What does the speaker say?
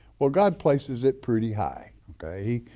well, god places it pretty high, okay?